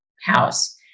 house